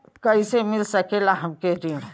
कइसे मिल सकेला हमके ऋण?